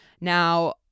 Now